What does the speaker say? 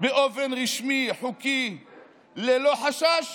באופן רשמי, חוקי, ללא חשש